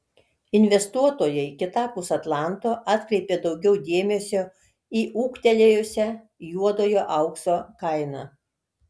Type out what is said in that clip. investuotojai kitapus atlanto atkreipė daugiau dėmesio į ūgtelėjusią juodojo aukso kainą